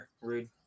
Rude